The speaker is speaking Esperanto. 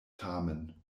tamen